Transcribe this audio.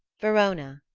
verona.